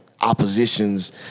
oppositions